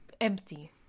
Empty